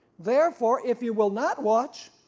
therefore if you will not watch,